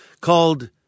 called